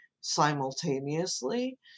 simultaneously